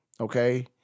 okay